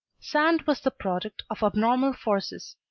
sand was the product of abnormal forces,